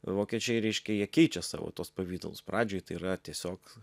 vokiečiai reiškia jie keičia savo tuos pavidalus pradžioj tai yra tiesiog